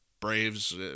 Braves